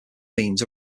means